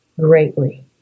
greatly